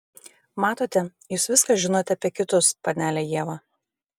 matote jūs viską žinote apie kitus panele ieva